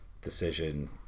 decision